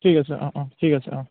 ঠিক আছে অঁ অঁ ঠিক আছে অঁ